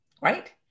right